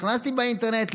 נכנסתי באינטרנט,